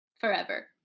forever